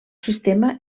sistema